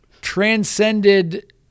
transcended